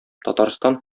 татарстан